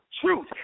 truth